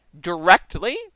directly